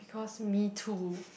because me too